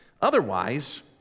Otherwise